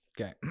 Okay